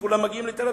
כולם מגיעים לתל-אביב.